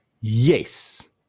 Yes